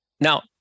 Now